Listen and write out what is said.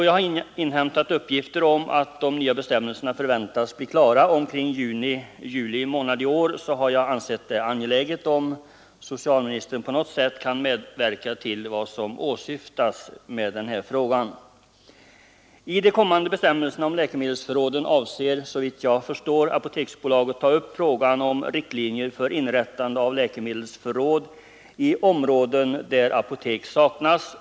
Jag har inhämtat uppgifter om att de nya bestämmelserna förväntas bli klara omkring juni-juli i år, och jag har ansett det angeläget att socialministern på något sätt medverkar till att befolkningen i glesbygd får bekvämare tillgång till läkemedel. I de kommande bestämmelserna om läkemedelsförråden avser Apoteksbolaget såvitt jag kan förstå att ta upp frågan om riktlinjer för inrättande av läkemedelsförråd i områden där apotek saknas.